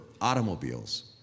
automobiles